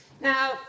Now